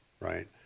right